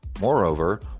Moreover